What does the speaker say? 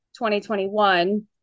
2021